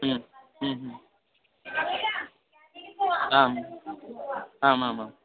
आम् आमामाम्